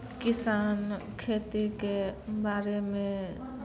किसान खेतीके बारेमे